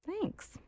thanks